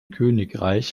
königreich